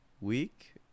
week